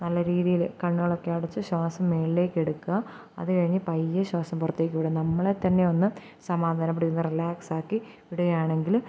നല്ല രീതിയിൽ കണ്ണുകളൊക്കെ അടച്ച് ശ്വാസം മുകളിലേക്കെടുക്കുക അതു കഴിഞ്ഞു പയ്യെ ശ്വാസം പുറത്തേക്കു വിടുക നമ്മളെ തന്നെയൊന്നു സമാധാനപ്പെടുത്തി ഒന്നു റിലാക്സാക്കി വിടുകയാണെങ്കിൽ